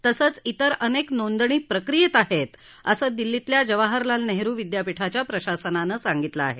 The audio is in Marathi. तसंच तिर अनेक नोंदणी प्रक्रियेत आहेत असं दिल्लीतल्या जवाहरलाल नेहरु विद्यापीठाच्या प्रशासनानं सांगितलं आहे